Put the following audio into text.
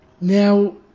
Now